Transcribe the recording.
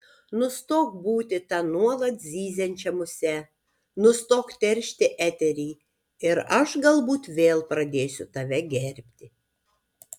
nustok būti ta nuolat zyziančia muse nustok teršti eterį ir aš galbūt vėl pradėsiu tave gerbti